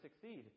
succeed